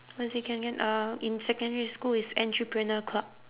what is it again again uh in secondary school it's entrepreneur club